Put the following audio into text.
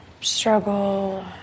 struggle